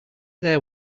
there